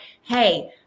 hey